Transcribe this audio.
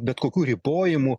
bet kokių ribojimų